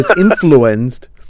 influenced